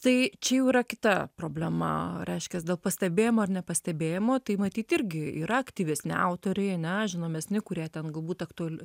tai čia jau yra kita problema reiškias dėl pastebėjimo ar nepastebėjimo tai matyt irgi yra aktyvesni autoriai ane žinomesni kurie ten galbūt aktual